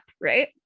right